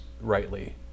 rightly